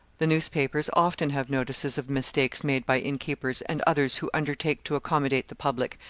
the newspapers often have notices of mistakes made by innkeepers and others who undertake to accommodate the public,